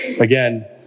Again